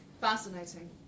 Fascinating